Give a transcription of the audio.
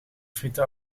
frieten